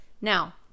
Now